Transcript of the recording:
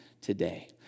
today